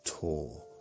tour